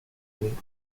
únicos